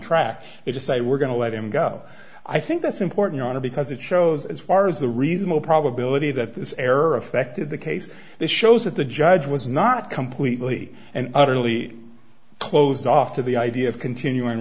track they just say we're going to let him go i think that's important because it shows as far as the reasonable probability that this error affected the case this shows that the judge was not completely and utterly closed off to the idea of continuing